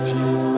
Jesus